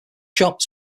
shops